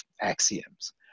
axioms